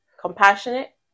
compassionate